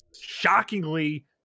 shockingly